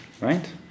Right